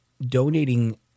donating